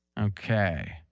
Okay